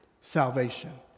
salvation